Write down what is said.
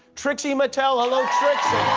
trixie mattel. hello, trixie.